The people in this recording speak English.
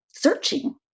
searching